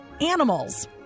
animals